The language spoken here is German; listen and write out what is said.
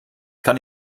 kann